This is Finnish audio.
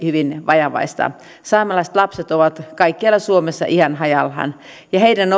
hyvin vajavaista saamelaiset lapset ovat kaikkialla suomessa ihan hajallaan ja heidän